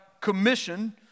commission